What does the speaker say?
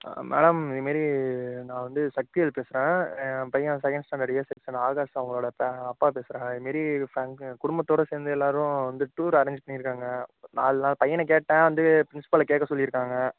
madam இதுமாரி நான் வந்து சக்திவேல் பேசுகிறேன் என் பையன் second standard A section Akash அவர்களோட பே அப்பா பேசுகிறேன் நாங்கள் இதுமாரி குடும்பத்தோடு சேர்ந்து எல்லோரும் வந்து டூர் அரேஞ்ச் பண்ணியிருக்காங்க நாலுநாள் பையனை கேட்டேன் வந்து ப்ரின்ஸ்பாலை கேட்க சொல்லியிருக்காங்க